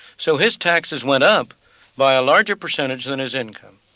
so his taxes went up by a larger percentage than his income.